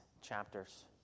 chapters